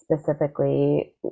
specifically